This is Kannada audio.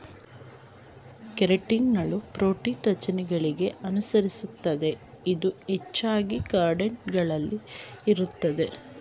ಕೆರಾಟಿನ್ಗಳು ಪ್ರೋಟೀನ್ ರಚನೆಗಳಿಗೆ ಅನುಸರಿಸುತ್ತದೆ ಇದು ಹೆಚ್ಚಾಗಿ ಕಾರ್ಡೇಟ್ ಗಳಲ್ಲಿ ಇರ್ತದೆ